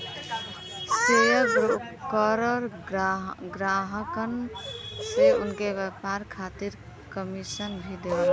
share broker ग्राहकन से उनके व्यापार खातिर कमीशन भी लेवला